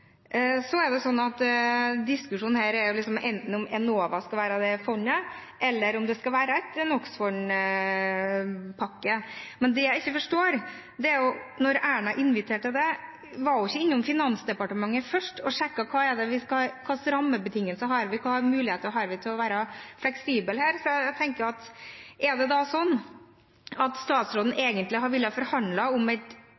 diskusjonen her om Enova skal være fondet, eller om det skal være en NOx-fondpakke. Men det jeg ikke forstår, er at Erna, da hun inviterte til det, ikke var innom Finansdepartementet først og sjekket: Hva slags rammebetingelser har vi, hvilke muligheter har vi til å være fleksible her? Er det sånn at statsråden egentlig ville ha forhandlet om et